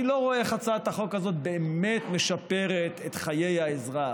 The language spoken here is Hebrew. אני לא רואה איך הצעת החוק הזאת באמת משפרת את חיי האזרח,